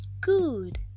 Good